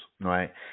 right